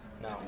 No